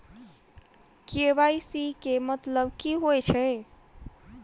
KYC केँ मतलब की होइ छै?